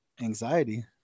anxiety